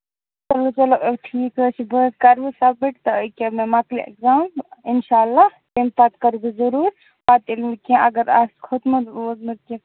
چلو چلو آ ٹھیٖک حظ چھُ بہٕ حظ کرٕ وۅنۍ سَبمِٹ تہٕ أکیٛاہ مےٚ مۄکلہِ ایٚکزام اِنشاللہ تَمہِ پَتہٕ کرٕ بہٕ ضروٗر پَتہٕ ییٚلہِ وۅنۍ کیٚنٛہہ اَگر آسہِ کھوٚتمُت ووٚتمُت کیٚنٛہہ